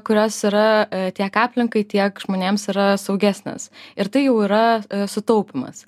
kurios yra tiek aplinkai tiek žmonėms yra saugesnės ir tai jau yra sutaupymas